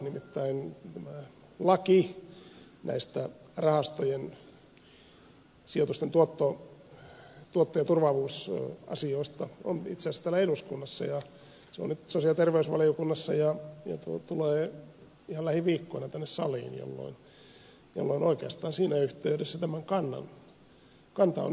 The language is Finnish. nimittäin laki näistä rahastojen sijoitusten tuottojen turvaavuusasioista on itse asiassa täällä eduskunnassa ja se on nyt sosiaali ja terveysvaliokunnassa ja tulee ihan lähiviikkoina tänne saliin jolloin oikeastaan siinä yhteydessä tämä kanta on nyt mahdollista muodostaa